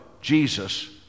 Jesus